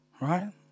right